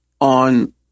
on